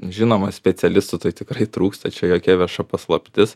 žinoma specialistų tai tikrai trūksta čia jokia vieša paslaptis